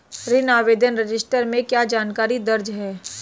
ऋण आवेदन रजिस्टर में क्या जानकारी दर्ज है?